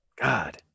God